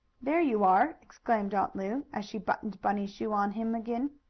there you are! exclaimed aunt lu, as she buttoned bunny's shoe on him again,